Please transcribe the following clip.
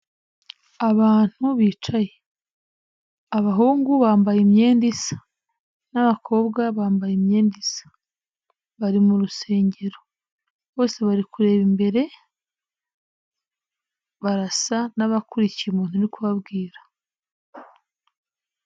Abantu bicaye, abahungu bambaye imyenda isa n'abakobwa bambaye imyenda isa, bari mu rusengero, bose bari kureba imbere barasa n'abakurikiye umuntu uri kubabwira.